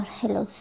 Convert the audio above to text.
hello